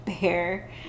bear